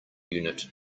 unit